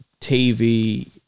TV